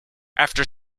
after